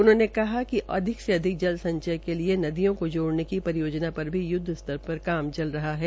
उन्होंने कहा कि अधिक से अधिक जल संचय के लिये नदियों को जोड़ने की परियोजना पर भी युद्वस्तर पर कार्य चल रहा है